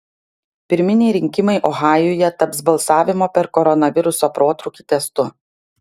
pirminiai rinkimai ohajuje taps balsavimo per koronaviruso protrūkį testu